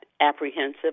apprehensive